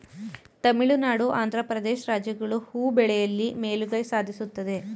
ತಮಿಳುನಾಡು, ಆಂಧ್ರ ಪ್ರದೇಶ್ ರಾಜ್ಯಗಳು ಹೂ ಬೆಳೆಯಲಿ ಮೇಲುಗೈ ಸಾಧಿಸುತ್ತದೆ